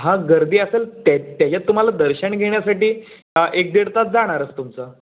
हां गर्दी असेल त्या त्याच्यात तुम्हाला दर्शन घेण्यासाठी एक दीड तास जाणारच तुमचा